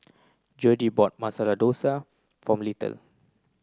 Jodie bought Masala Dosa for